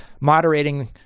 moderating